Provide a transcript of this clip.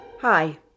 Hi